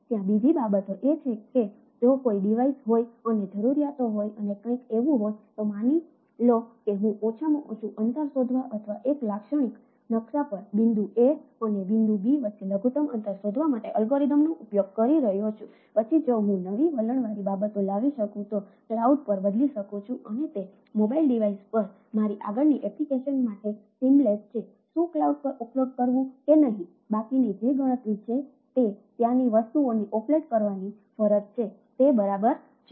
તેથી ક્લાઉડ કરવાની ફરજ છે તે બરાબર છે